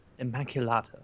Immaculata